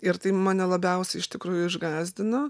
ir tai mane labiausiai iš tikrųjų išgąsdino